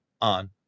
on